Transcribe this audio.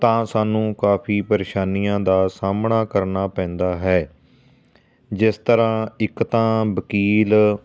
ਤਾਂ ਸਾਨੂੰ ਕਾਫੀ ਪਰੇਸ਼ਾਨੀਆਂ ਦਾ ਸਾਹਮਣਾ ਕਰਨਾ ਪੈਂਦਾ ਹੈ ਜਿਸ ਤਰ੍ਹਾਂ ਇੱਕ ਤਾਂ ਵਕੀਲ